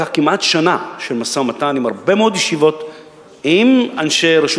לקח כמעט שנה של משא-ומתן עם הרבה מאוד ישיבות עם אנשי רשות